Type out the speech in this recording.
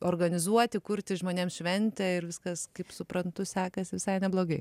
organizuoti kurti žmonėms šventę ir viskas kaip suprantu sekasi visai neblogai